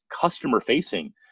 customer-facing